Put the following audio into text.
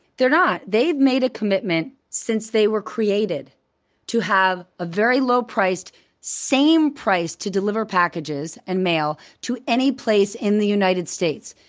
they're not. they've made a commitment since they were created to have a very low priced same price to deliver packages and mail to any place in the united states,